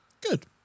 Good